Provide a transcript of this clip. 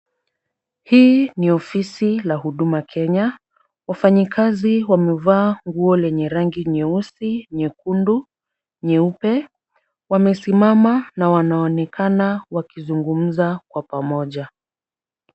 Hii ni ofisi la huduma Kenya. Wafanyikazi wamevaa nguo lenye rangi nyeusi, nyekundu, nyeupe. Wamesimama na wanaonekana wakizungumza kwa pamoja.